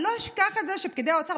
אני לא אשכח את זה שפקידי האוצר,